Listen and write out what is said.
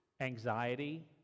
anxiety